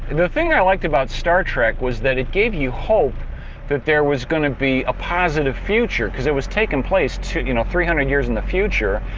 and the thing i liked about star trek was that it gave you hope that there was going to be a positive future. because it was taking place you know three hundred years in the future.